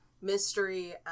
mystery